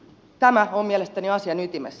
tämä on mielestäni asian ytimessä